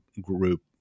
group